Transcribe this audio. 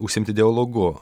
užsiimti dialogu